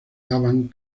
daban